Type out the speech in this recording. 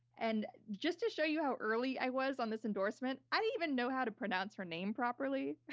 and just to show you how early i was on this endorsement, i didn't even know how to pronounce her name properly.